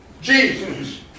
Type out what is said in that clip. Jesus